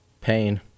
Pain